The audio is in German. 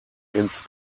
ins